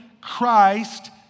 Christ